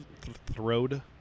throwed